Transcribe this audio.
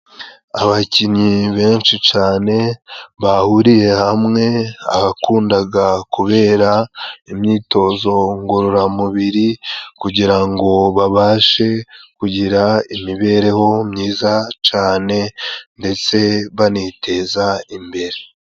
Abakinnyi benshi cane, bahuriye hamwe ahakundaga kubera imyitozo ngororamubiri, kugira ngo babashe kugira imibereho myiza cane, ndetse baniteza imbere.